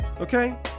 Okay